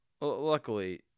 Luckily